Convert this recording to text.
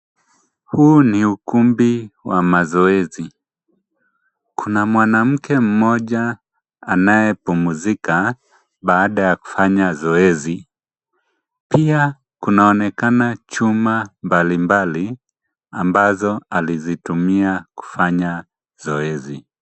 Huu ni ukumbi wa mazoezi. Kuna mwanamke mmoja anaye pumzika baada ya kufanya zoezi. Pia kunaonekana chuma mbalimbali ambazo alizitumia kufanya zoezi.